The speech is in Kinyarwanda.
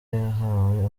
yahawe